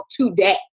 today